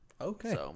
Okay